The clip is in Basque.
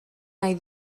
nahi